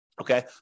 okay